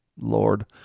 Lord